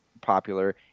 popular